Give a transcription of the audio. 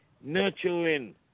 nurturing